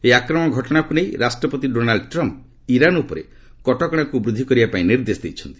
ଏହି ଆକ୍ରମଣ ଘଟଣାକୁ ନେଇ ରାଷ୍ଟ୍ରପତି ଡୋନାଲ୍ଡ୍ ଟ୍ରମ୍ପ୍ ଇରାନ୍ ଉପରେ କଟକଣାକୁ ବୃଦ୍ଧି କରିବାପାଇଁ ନିର୍ଦ୍ଦେଶ ଦେଇଛନ୍ତି